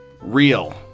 Real